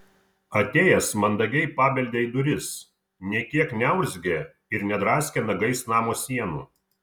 atėjęs mandagiai pabeldė į duris nė kiek neurzgė ir nedraskė nagais namo sienų